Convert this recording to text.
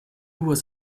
was